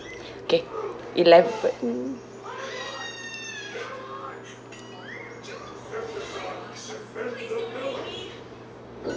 K eleven